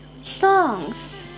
songs